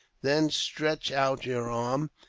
then stretch out your arm,